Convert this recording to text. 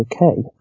okay